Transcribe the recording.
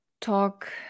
talk